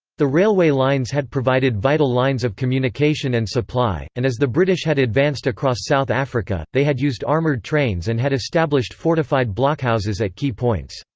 the railway lines had provided vital lines of communication and supply, and as the british had advanced across south africa, they had used armoured trains and had established fortified blockhouses at key points.